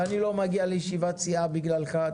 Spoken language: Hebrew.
ואני לא מגיע לישיבת סיעה בגללך,